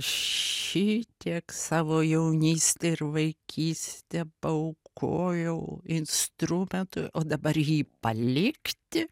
šitiek savo jaunystę ir vaikystę paaukojau instrumentui o dabar jį palikti